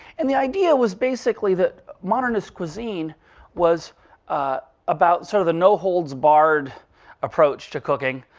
and the idea was basically that modernist cuisine was about sort of the no holds barred approach to cooking.